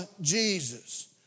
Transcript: Jesus